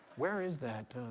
where is that?